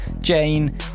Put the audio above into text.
jane